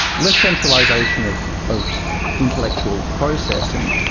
less centralisation of of intellectual processing,